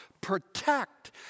protect